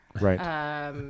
Right